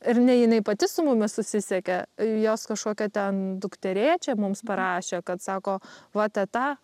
ir ne jinai pati su mumis susisiekia jos kažkokia ten dukterėčia mums parašė kad sako va teta